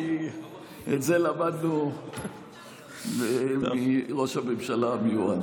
כי את זה למדנו מראש הממשלה המיועד.